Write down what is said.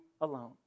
alone